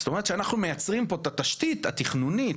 זאת אומרת שאנחנו מייצרים פה את התשתית התכנונית